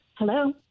Hello